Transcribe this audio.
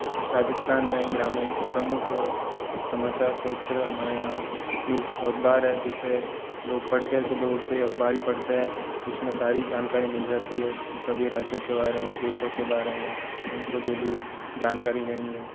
राजस्थान में ग्रामीण प्रमुख समाचार स्रोत हमारे यहाँ न्यूज़ अखबार हैं जिसे लोग पढ़ते हैं सुबह उठते ही अखबार ही पढ़ते हैं उसमें सारी जानकारी मिल जाती है सभी राज्यों के बारे में देशों के बारे में उनको जो भी जानकारी लेनी है